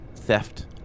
theft